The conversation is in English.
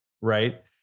Right